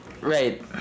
Right